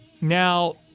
Now